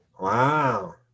Wow